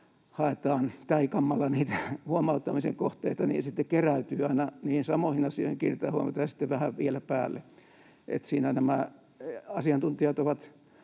haetaan täikammalla niitä huomauttamisen kohteita, niin ne sitten keräytyvät aina: niihin samoihin asioihin kiinnitetään huomiota ja sitten vähän vielä päälle. Siinä nämä asiantuntijat ovat